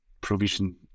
provision